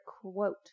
quote